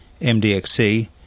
MDXC